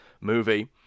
movie